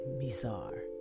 Mizar